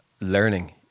learning